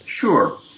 Sure